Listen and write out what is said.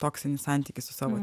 toksinį santykį su savo